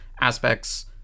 aspects